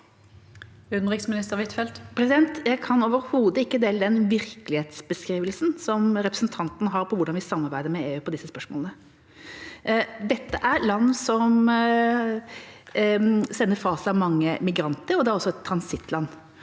Utenriksminister Anniken Huitfeldt Jeg kan overhodet ikke dele den virkelighetsbeskrivelsen som representanten har når det gjelder hvordan vi samarbeider med EU om disse spørsmålene. Dette er et land som sender fra seg mange migranter, og det er også et transittland.